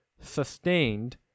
sustained